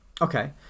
Okay